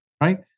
right